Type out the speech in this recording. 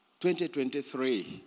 2023